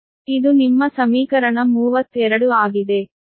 ಇದು ನಿಮ್ಮ ಸಮೀಕರಣ 32 ಆಗಿದೆ